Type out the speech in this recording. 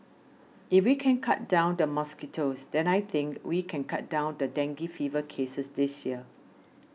if we can cut down the mosquitoes then I think we can cut down the dengue fever cases this year